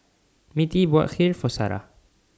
Mittie bought Kheer For Sarrah